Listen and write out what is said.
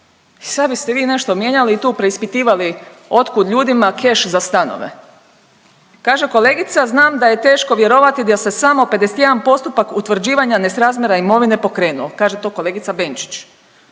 sad biste vi nešto mijenjali i tu preispitivali otkud ljudima keš za stanove. Kaže kolegica znam da je teško vjerovati da se samo 51 postupak utvrđivanja nesrazmjera imovine pokrenuo. Kaže to kolegica Benčić.